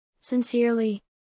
Sincerely